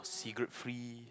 cigarette free